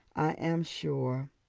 am sure